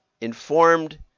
informed